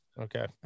Okay